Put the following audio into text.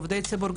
עובדי ציבור.